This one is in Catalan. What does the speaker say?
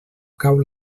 cau